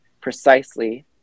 precisely